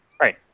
right